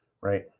right